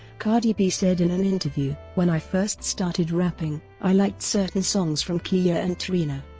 cardi b said in an interview, when i first started rapping i liked certain songs from khia and trina,